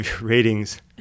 ratings